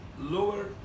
lower